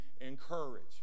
encourage